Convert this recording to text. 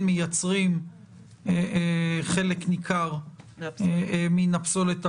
מייצרים חלק ניכר מן הפסולת המוטמנת.